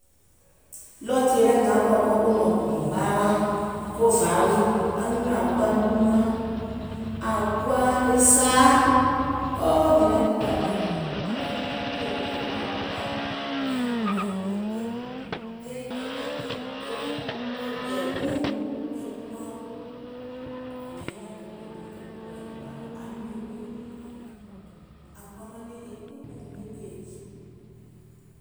D̀ɔ̀ɔ̀ tìyèe lɛɛ̀ mìŋ naŋ kɔ̀ B̀ɔ̀mb̀ɔ̀ hììŋ ɓaawaa, ko vàa wii, anyùùŋ kuwa juumuaŋ, à kuwa e saa, o o mìŋ naŋ jìkà miàŋ bi, mìŋ naiŋ nɔŋ jè mìŋ naŋ ɓèmè juumuaŋ, mìŋ hìɛ̀ŋ mìŋ hìɛ̀ŋ e e e e bìɛ̀ guùŋ e juumuaŋ mìŋ naiŋ hìɛ̀ŋ ko gboo mio ko ɓɔ̀mɓɔ̀ hììŋ ɓaawaa, anyùùŋ nyaŋ kui, àŋ kuwa manɛ̀ŋje kpuukpùù wèè jèe.